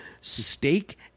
steak